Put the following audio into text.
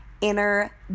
Inner